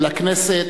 ולכנסת,